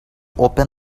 open